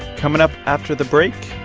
coming up after the break,